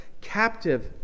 captive